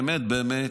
באמת באמת,